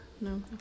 No